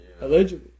Allegedly